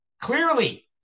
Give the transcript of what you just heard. Clearly